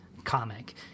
comic